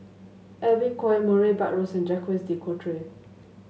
Edwin Koek Murray Buttrose and Jacques De Coutre